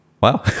wow